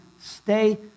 stay